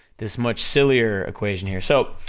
this much sillier equation here, so,